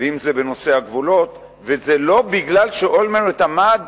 ואם זה בנושא הגבולות, וזה לא בגלל שאולמרט עמד